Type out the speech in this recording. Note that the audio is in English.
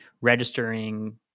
registering